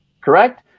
correct